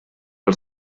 els